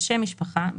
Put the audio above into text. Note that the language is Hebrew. שם משפחה,